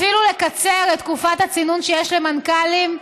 אפילו לקצר את תקופת הצינון שיש למנכ"לים,